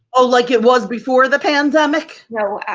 ah like it was before the pandemic. no,